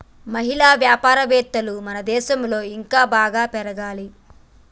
మహిళా వ్యాపారవేత్తలు మన దేశంలో ఇంకా బాగా పెరగాలి